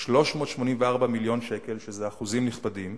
ב-384 מיליון שקל, שזה אחוזים נכבדים.